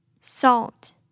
salt